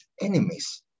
enemies